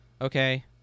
okay